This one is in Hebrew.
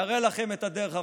יראה לכם את הדרך החוצה.